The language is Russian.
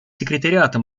секретариата